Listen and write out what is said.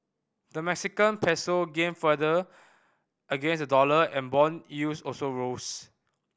the Mexican Peso gained further against the dollar and bond yields also rose